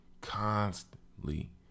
constantly